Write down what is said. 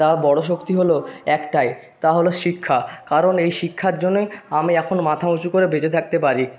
তা বড়ো শক্তি হলো একটাই তা হলো শিক্ষা কারণ এই শিক্ষার জন্যই আমি এখন মাথা উঁচু করে বেঁচে থাকতে পারি